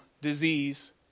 disease